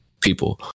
people